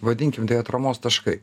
vadinkim tai atramos taškai